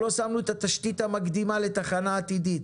שלא שמנו את התשתי המקדימה לתחנת עתידית?